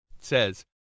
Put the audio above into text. says